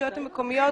הרשויות המקומיות